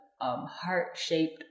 heart-shaped